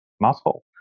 muscle